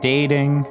Dating